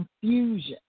confusion